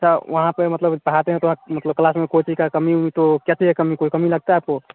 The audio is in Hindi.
अच्छा वहाँ पर मतलब पढ़ाते हैं तो मतलब क्लास में कोचिंग की कमी हुई तो कैसे कमी कोई कमी लगता है आपको